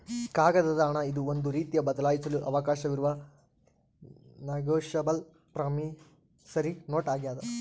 ಕಾಗದದ ಹಣ ಇದು ಒಂದು ರೀತಿಯ ಬದಲಾಯಿಸಲು ಅವಕಾಶವಿರುವ ನೆಗೋಶಬಲ್ ಪ್ರಾಮಿಸರಿ ನೋಟ್ ಆಗ್ಯಾದ